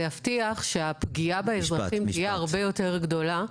זה יבטיח שהפגיעה באזרחים תהיה הרבה יותר גדולה.